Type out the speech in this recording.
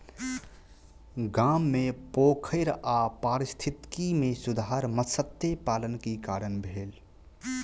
गाम मे पोखैर आ पारिस्थितिकी मे सुधार मत्स्य पालन के कारण भेल